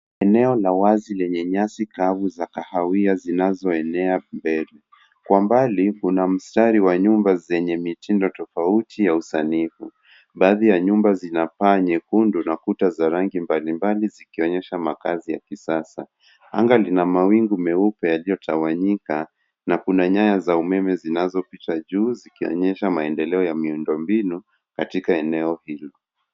Eneo la wazi lenye nyasi kavu za kahawia zinazoenea mbele. Kwa mbali, kuna mstari wa nyumba zenye mitindo tofauti ya usanifu. Baadhi ya nyumba zina paa nyekundu na kuta za rangi mbalimbali zikionyesha makazi ya kisasa. Anga lina mawingu meupe yaliyotawanyika na kuna nyaya za umeme zinazopita juu zikionyesha maendeleo ya miundombinu katika eneo hilo.